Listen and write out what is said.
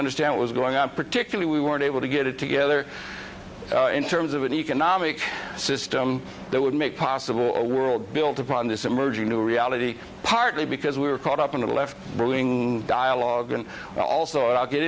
understand it was going on particularly we weren't able to get it together in terms of an economic system that would make possible a world built upon this emerging new reality partly because we are caught up in the left brewing dialogue and also get